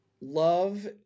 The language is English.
love